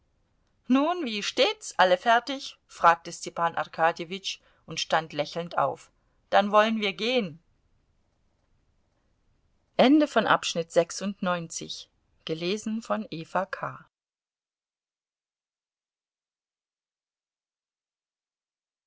nun wie steht's alle fertig fragte stepan arkadjewitsch und stand lächelnd auf dann wollen wir gehen